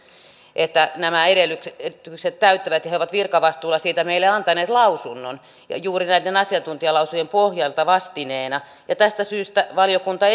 että nämä edellytykset edellytykset täyttyvät ja he ovat virkavastuulla siitä meille antaneet lausunnon ja juuri näiden asiantuntijalausujien pohjalta vastineena ja tästä syystä valiokunta